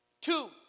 Two